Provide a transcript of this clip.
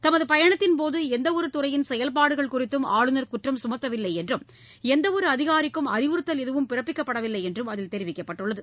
தமது பயணத்தின்போது எந்தவொரு துறையின் செயல்பாடுகள் குறித்தும் ஆளுநர் குற்றம் சுமத்தவில்லை என்றும் எந்தவொரு அதிகாரிக்கும் அறிவுறுத்தல் எதுவும் பிறப்பிக்கப்படவில்லை என்றும் அதில் தெரிவிக்கப்பட்டுள்ளது